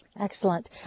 Excellent